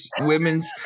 women's